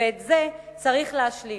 ואת זה צריך להשלים.